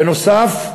בנוסף,